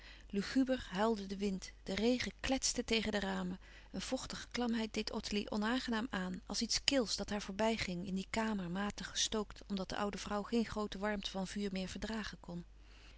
luguber huilde de wind de regen kletste tegen de ramen een vochtige klamheid deed ottilie onaangenaam aan als iets kils dat haar voorbij ging in die kamer matig gestookt omdat de oude vrouw geen groote warmte van louis couperus van oude menschen de dingen die voorbij gaan vuur meer verdragen kon